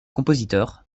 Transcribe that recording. compositeur